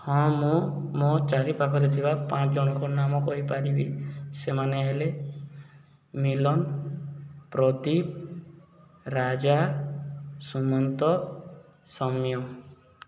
ହଁ ମୁଁ ମୋ ଚାରିପାଖରେ ଥିବା ପାଞ୍ଚ ଜଣଙ୍କ ନାମ କହିପାରିବି ସେମାନେ ହେଲେ ମିଲନ ପ୍ରଦୀପ ରାଜା ସୁମନ୍ତ ସୌମ୍ୟ